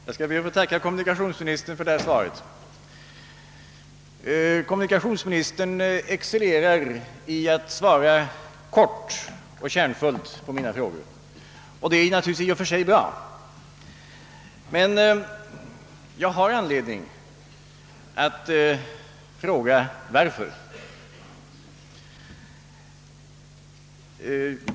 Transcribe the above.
Herr talman! Jag skall be att få tacka kommunikationsministern för svaret. Kommunikationsministern excellerar i att svara kort och kärnfullt på mina frågor, och det är naturligtvis i och för sig bra. Men jag har anledning att fråga varför.